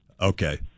Okay